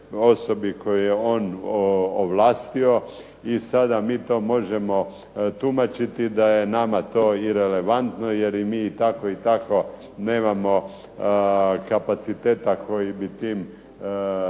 osobi koju je on ovlastio i sada mi to možemo tumačiti da je nama to irelevantno jer mi i tako i tako nemamo kapaciteta plina koje